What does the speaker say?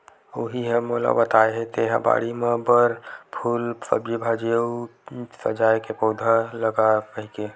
उहीं ह मोला बताय हे तेंहा बाड़ी म फर, फूल, सब्जी भाजी अउ सजाय के पउधा लगा कहिके